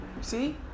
See